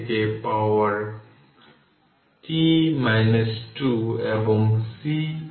একইভাবে q2 এর জন্য C2 0 প্রাথমিক চার্জ C2 আসলে 0 চার্জ